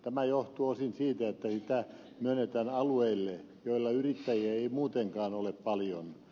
tämä johtuu osin siitä että sitä myönnetään alueille joilla yrittäjiä ei muutenkaan ole paljon